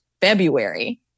February